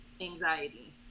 Anxiety